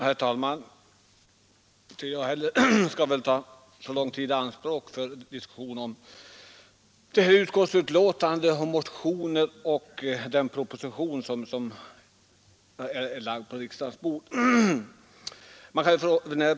Herr talman! Inte heller jag skall ta så lång tid i anspråk för att diskutera detta utskottsbetänkande, motionerna och den proposition nr 72 som är lagd på riksdagens bord.